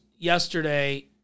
Yesterday